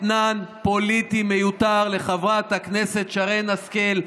אתנן פוליטי מיותר לחברת הכנסת שרן השכל,